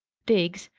diggs,